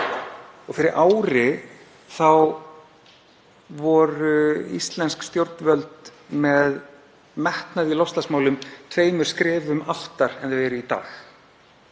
Fyrir ári voru íslensk stjórnvöld með metnað í loftslagsmálum tveimur skrefum aftar en þau eru í dag.